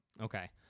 Okay